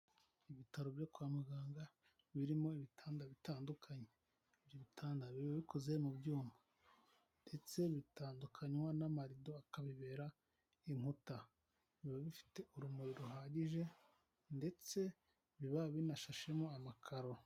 Ibitaro byo kwa muganga birimo ibitanda bitandukanye, ibyo bitanda biba bikoze mu byuma ndetse bitandukanywa n'amarido akabibera inkuta, biba bifite urumuri ruhagije ndetse biba binashashemo amakaro.